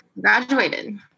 Graduated